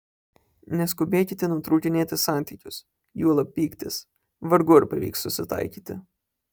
neskubėkite nutraukinėti santykius juolab pyktis vargu ar pavyks susitaikyti